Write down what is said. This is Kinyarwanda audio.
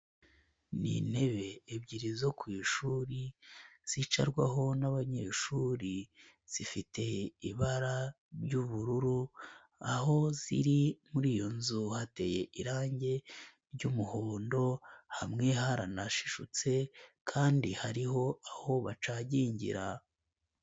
Ni intebe ebyiri zo ku ishuri zicarwaho n'abanyeshuri, zifite ibara ry'ubururu, aho ziri muri iyo nzu hateye irangi ry'umuhondo, hamwe haranashishutse kandi hariho aho bacagingira.